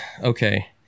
okay